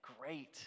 great